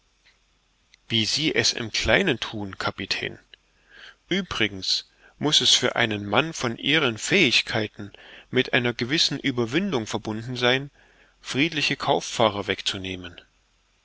wie sie es im kleinen thun kapitän uebrigens muß es für einen mann von ihren fähigkeiten mit einer gewissen ueberwindung verbunden sein friedliche kauffahrer wegzunehmen